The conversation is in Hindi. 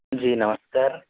जी नमस्कार